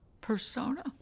persona